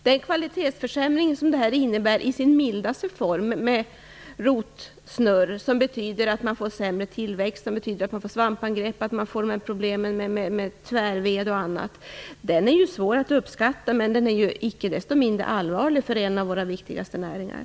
Den kvalitetsförsämring som det här innebär i sin mildaste form med rotsnurr - som betyder sämre tillväxt, svampangrepp, problem med tvärved och annat - är svår att uppskatta. Den är icke desto mindre allvarlig, för det handlar om en av våra viktigaste näringar.